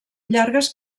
llargues